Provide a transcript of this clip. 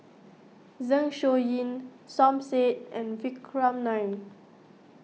Zeng Shouyin Som Said and Vikram Nair